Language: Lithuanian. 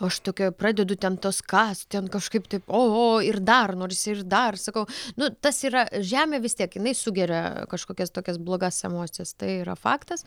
aš tokia pradedu ten tas kast ten kažkaip tai oho ir dar norisi dar sakau nu tas yra žemė vis tiek jinai sugeria kažkokias tokias blogas emocijas tai yra faktas